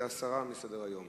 זה הסרה מסדר-היום.